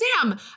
Sam